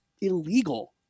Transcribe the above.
illegal